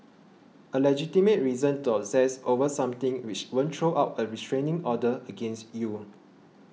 a legitimate reason to obsess over something which won't throw out a restraining order against you